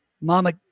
mama